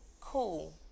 cool